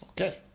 Okay